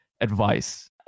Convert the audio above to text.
advice